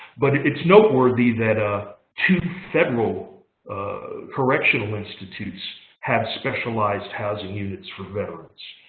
but it's noteworthy that ah two federal correctional institutes have specialized housing units for veterans.